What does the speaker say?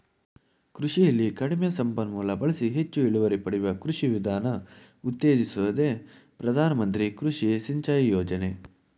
ಕೃಷಿಲಿ ಕಡಿಮೆ ಸಂಪನ್ಮೂಲ ಬಳಸಿ ಹೆಚ್ ಇಳುವರಿ ಪಡೆಯುವ ಕೃಷಿ ವಿಧಾನ ಉತ್ತೇಜಿಸೋದೆ ಪ್ರಧಾನ ಮಂತ್ರಿ ಕೃಷಿ ಸಿಂಚಾಯಿ ಯೋಜನೆ